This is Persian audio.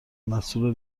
مسئول